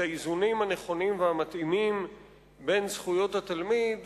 את האיזונים הנכונים והמתאימים בין זכויות התלמיד